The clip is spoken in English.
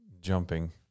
jumping